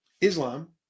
islam